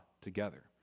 together